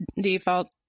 default